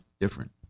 different